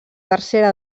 tercera